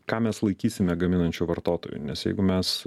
ką mes laikysime gaminančiu vartotoju nes jeigu mes